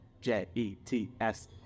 J-E-T-S